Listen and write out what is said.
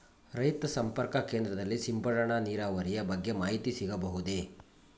ರೈತ ಸಂಪರ್ಕ ಕೇಂದ್ರದಲ್ಲಿ ಸಿಂಪಡಣಾ ನೀರಾವರಿಯ ಬಗ್ಗೆ ಮಾಹಿತಿ ಸಿಗಬಹುದೇ?